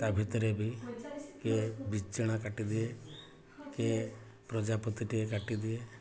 ତା ଭିତରେ ବି କିଏ ବିଞ୍ଚଣା କାଟିଦିଏ କିଏ ପ୍ରଜାପତିଟିଏ କାଟିଦିଏ